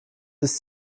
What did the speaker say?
ist